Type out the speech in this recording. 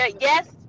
yes